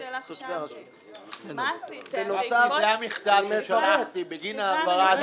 זה המכתב שאני שלחתי בגין ההעברה.